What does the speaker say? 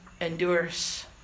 endures